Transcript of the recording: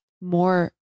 more